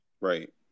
Right